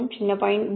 2 0